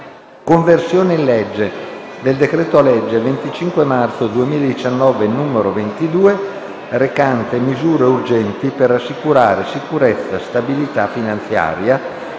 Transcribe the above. «Conversione in legge del decreto-legge 25 marzo 2019, n. 22, recante misure urgenti per assicurare sicurezza, stabilità finanziaria